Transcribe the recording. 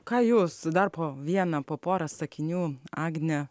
ką jūs dar po vieną po porą sakinių agne